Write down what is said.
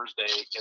Thursday